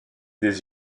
des